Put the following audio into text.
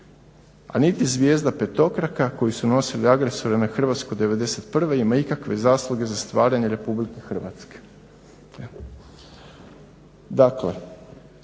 a niti zvijezda petokraka koju su nosili agresori na Hrvatsku '91. ima ikakve zasluge za stvaranje Republike Hrvatske.